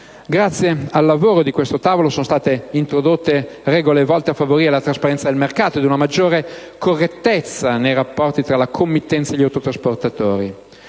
Grazie al lavoro di questo tavolo sono state introdotte regole volte a favorire la trasparenza del mercato ed una maggiore correttezza nei rapporti fra la committenza e gli autotrasportatori: